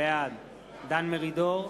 בעד דן מרידור,